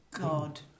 God